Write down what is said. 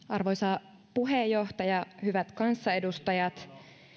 arvoisa puheenjohtaja hyvät kanssaedustajat